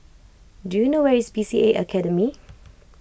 do you know where is B C A Academy